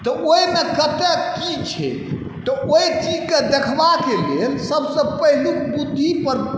तऽ ओहिमे कतऽ कि छै तऽ ओहि चीजके देखबाके लेल सबसँ पहिलुक बुद्धिपर